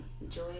enjoy